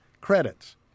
credits